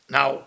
Now